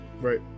Right